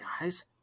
Guys